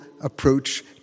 approach